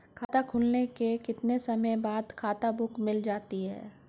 खाता खुलने के कितने समय बाद खाता बुक मिल जाती है?